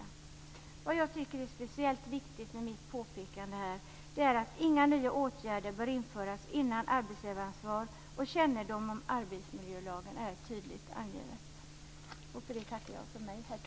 Vad jag tycker är speciellt viktigt med mitt påpekande är att inga nya åtgärder bör införas innan arbetsgivaransvar och kännedom om arbetsmiljölagen är tydligt angivet.